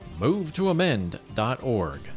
movetoamend.org